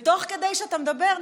ותוך כדי שאתה מדבר,